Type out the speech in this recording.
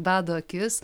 bado akis